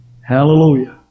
Hallelujah